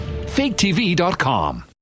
Faketv.com